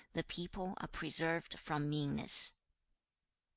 the people are preserved from meanness